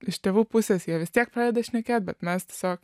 iš tėvų pusės jie vis tiek pradeda šnekėt bet mes tiesiog